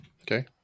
Okay